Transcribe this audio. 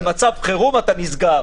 במצב חירום אתה נסגר.